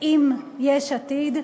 עם יש עתיד,